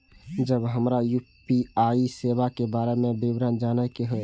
जब हमरा यू.पी.आई सेवा के बारे में विवरण जाने के हाय?